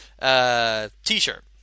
T-shirt